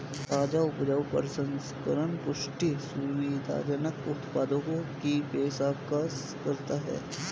ताजा उपज प्रसंस्करण पौष्टिक, सुविधाजनक उत्पादों की पेशकश करता है